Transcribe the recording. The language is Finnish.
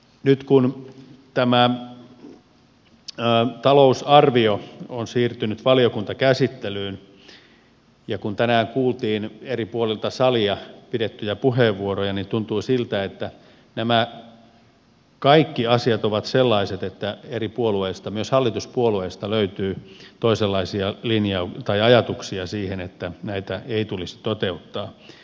nyt kun tämä talousarvio on siirtynyt valiokuntakäsittelyyn ja kun tänään kuultiin eri puolilta salia käytettyjä puheenvuoroja niin tuntui siltä että nämä kaikki asiat ovat sellaisia että eri puolueista myös hallituspuolueista löytyy toisenlaisia ajatuksia siihen että näitä ei tulisi toteuttaa